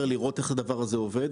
לראות איך הדבר הזה עובד.